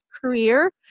career